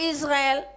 Israel